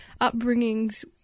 upbringings